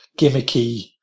gimmicky